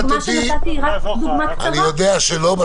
הדוגמה שנתתי היא רק דוגמה קצרה.